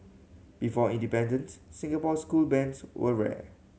before independence Singapore school bands were rare